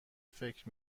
فکر